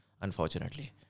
unfortunately